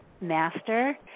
master